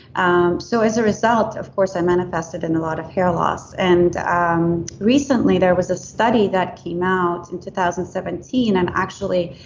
um so as a result, of course, i manifested in a lot of hair loss. and um recently, there was a study that came out in two thousand and seventeen. and actually,